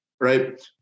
right